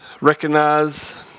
recognize